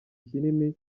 kinini